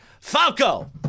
Falco